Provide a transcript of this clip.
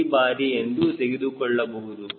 3 ಬಾರಿ ಎಂದು ತೆಗೆದುಕೊಳ್ಳಬಹುದು